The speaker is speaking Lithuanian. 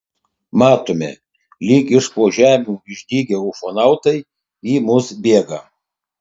matome lyg iš po žemių išdygę ufonautai į mus bėga